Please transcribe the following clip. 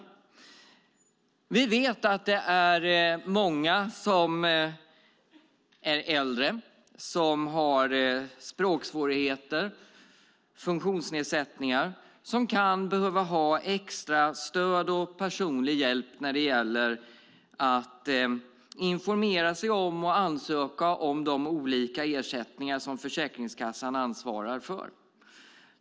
Vi vet att det är många som är äldre eller som har språksvårigheter eller funktionsnedsättningar som kan behöva ha extra stöd och personlig hjälp när det gäller att informera sig om och ansöka om de olika ersättningar som Försäkringskassan ansvarar för.